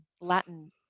Latin